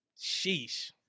sheesh